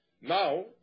Now